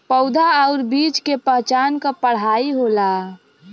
पउधा आउर बीज के पहचान क पढ़ाई होला